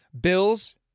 Bills